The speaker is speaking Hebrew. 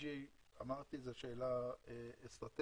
אמרתי שה-LNG זאת שאלה אסטרטגית,